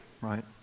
right